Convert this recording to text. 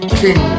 king